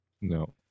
no